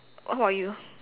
what about you